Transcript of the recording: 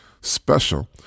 special